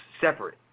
separate